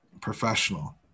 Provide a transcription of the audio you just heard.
professional